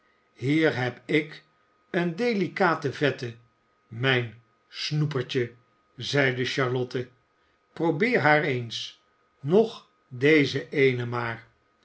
hier heb ik eene delicate vette mijn snoepertje zéide charlotte probeer haar eens nog deze eene maar